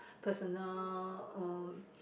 personal uh